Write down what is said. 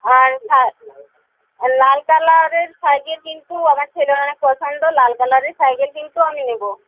আর সা লাল কালারের সাইকেল কিন্তু আমার ছেলের অনেক পছন্দ লাল কালারের সাইকেল কিন্তু আমি নেবো